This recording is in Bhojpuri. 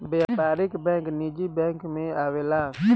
व्यापारिक बैंक निजी बैंक मे आवेला